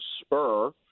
spur